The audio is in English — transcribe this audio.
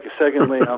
Secondly